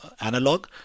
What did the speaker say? analog